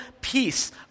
peace